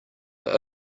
they